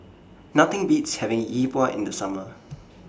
Nothing Beats having Yi Bua in The Summer